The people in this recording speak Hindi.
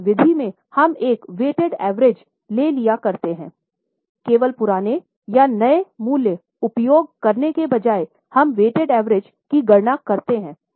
उस विधि में हम एक वेटेड एवरेज की गणना करते हैं